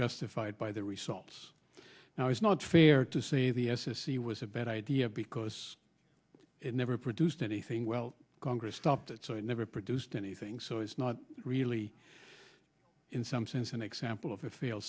justified by the resorts now is not fair to say the s s c was a bad idea because it never produced anything well congress stopped it so it never produced anything so it's not really in some sense an example of a fail